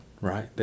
right